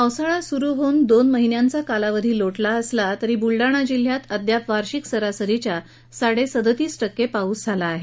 पावसाळा सुरू होऊन दोन महिन्याचा कालावधी लोटला असला तरी बुलडाणा जिल्ह्यात अद्याप वार्षिक सरासरीच्या साडेसदतीस टक्केच पाऊस झाला आहे